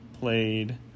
played